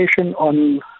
on